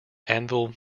anvil